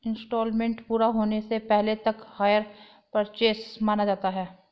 instalment पूरा होने से पहले तक हायर परचेस माना जाता है